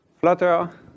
flutter